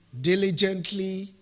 diligently